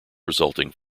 resulting